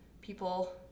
People